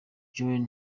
joe